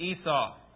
Esau